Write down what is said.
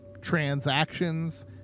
transactions